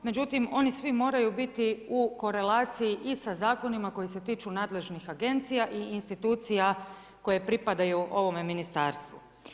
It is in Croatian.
Međutim, oni svi moraju biti u korelaciji i sa zakonima koji se tiču nadležnih agencija i institucija koje pripadaju ovome ministarstvu.